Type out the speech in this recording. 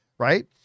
right